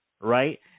right